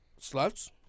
sluts